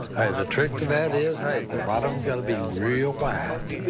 the trick to that is, hey, the bottom's gotta be real wide.